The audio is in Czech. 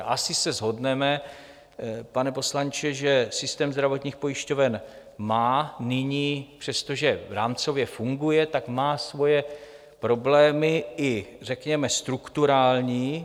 Asi se shodneme, pane poslanče, že systém zdravotních pojišťoven má nyní, přestože rámcově funguje, svoje problémy, i řekněme strukturální.